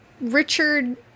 Richard